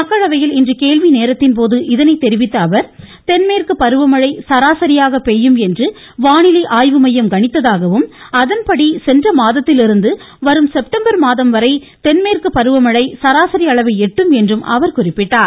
மக்களவையில் இன்று கேள்வி நேரத்தின்போது இதை தெரிவித்த அவர் தென்மேற்கு பருவமழை சராசரியாக பெய்யும் என்று வானிலை ஆய்வு மையம் கணித்ததாகவும் அதன்படி சென்ற மாதத்திலிருந்து வரும் செப்டம்பர் மாதம் வரை தென்மேற்கு பருவ மழை சராசரி அளவை எட்டும் என்றும் அவர் குறிப்பிட்டார்